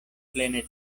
plene